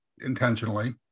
intentionally